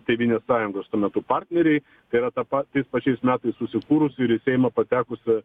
tėvynės sąjungos tuo metu partneriai tai yra ta pa tais pačiais metais susikūrusi ir į seimą patekusi